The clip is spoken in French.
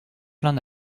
l’un